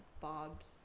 Bob's